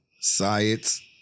science